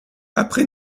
après